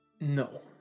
No